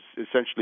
essentially